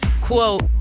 Quote